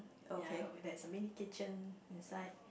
ya there's a mini kitchen inside